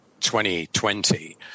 2020